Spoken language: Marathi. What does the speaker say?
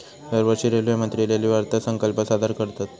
दरवर्षी रेल्वेमंत्री रेल्वे अर्थसंकल्प सादर करतत